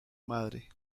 madre